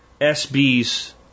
SB's